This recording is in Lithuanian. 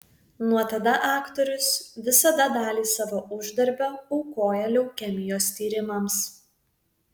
nuo tada aktorius visada dalį savo uždarbio aukoja leukemijos tyrimams